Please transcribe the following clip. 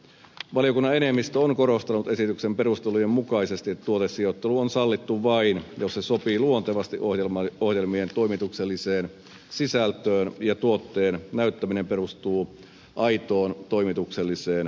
valiokunnan enemmistö on korostanut esityksen perustelujen mukaisesti että tuotesijoittelu on sallittu vain jos se sopii luontevasti ohjelmien toimitukselliseen sisältöön ja tuotteen näyttäminen perustuu aitoon toimitukselliseen tarpeeseen